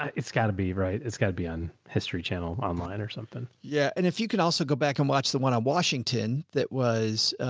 it's gotta be right. it's gotta be on history channel online or something. yeah and if you can also go back and watch the one on washington that was,